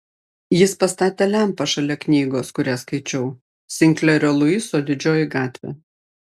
jis pastatė lempą šalia knygos kurią skaičiau sinklerio luiso didžioji gatvė